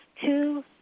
two